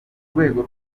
rwego